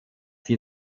die